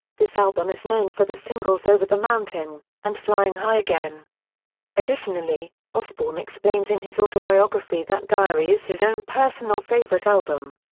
this album is known for the singles over the mountain and flying high again additionally, osbourne explains in his autobiography that diary is his own personal favourite album.